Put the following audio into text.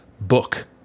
book